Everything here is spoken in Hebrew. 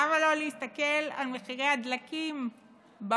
למה לא להסתכל על מחירי הדלקים בעולם?